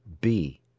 B